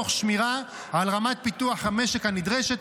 תוך שמירה על רמת פיתוח המשק הנדרשת,